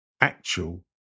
actual